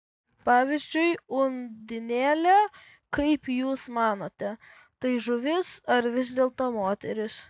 pavyzdžiui undinėlė kaip jūs manote tai žuvis ar vis dėlto moteris